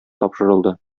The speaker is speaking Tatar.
тапшырылды